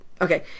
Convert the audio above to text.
okay